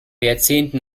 jahrzehnten